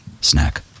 Snack